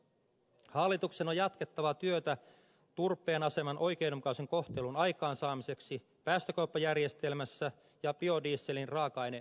hallituksen on jatkettava työtä turpeen aseman oikeudenmukaisen kohtelun aikaansaamiseksi päästökauppajärjestelmässä ja biodieselin raaka ainemäärittelyssä